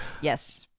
Yes